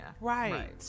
Right